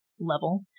level